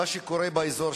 מה שקורה באזור,